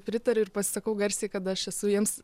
pritariu ir pasisakau garsiai kad aš esu jiems